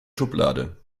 schublade